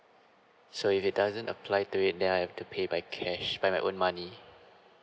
so if it doesn't apply to it then I have to pay by cash by my own money